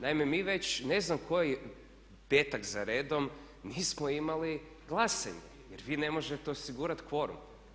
Naime, mi već ne znam koji petak za redom nismo imali glasanje jer vi ne možete osigurati kvorum.